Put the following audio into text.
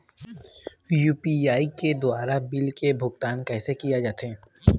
UPI के द्वारा bill के भुगतान कैसे किया जाथे?